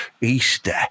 Easter